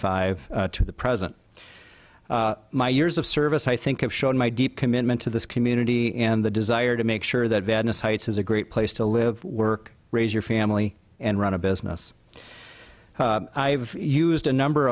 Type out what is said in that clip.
five to the present my years of service i think it showed my deep commitment to this community and the desire to make sure that venice heights is a great place to live work raise your family and run a business i have used a number